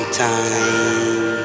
time